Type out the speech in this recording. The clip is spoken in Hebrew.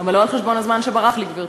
אבל לא על חשבון הזמן שברח לי, גברתי.